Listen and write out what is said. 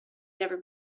never